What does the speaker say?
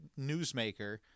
newsmaker